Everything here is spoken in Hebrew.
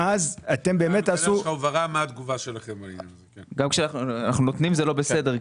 ואז אתם באמת תעשו --- גם כשאנחנו נותנים זה לא בסדר.